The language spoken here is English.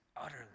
utterly